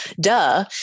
duh